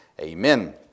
amen